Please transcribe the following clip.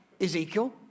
Ezekiel